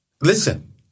listen